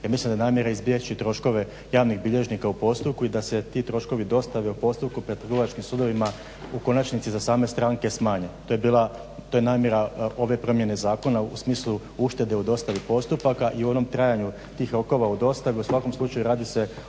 jer mislim da je namjera izbjeći troškove javnih bilježnika u postupku i da se ti troškovi dostave u postupku pred trgovačkim sudovima u konačnici za same stranke smanje. To je namjera ove promjene zakona u smislu uštede u dostavi postupaka i onom trajanju tih rokova u dostavi. U svakom slučaju radi se